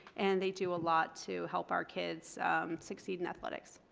and they do a lot to help our kids succeed in athletics.